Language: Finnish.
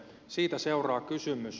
siitä seuraa kysymys